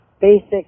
basic